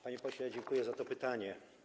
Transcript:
Panie pośle, dziękuję za to pytanie.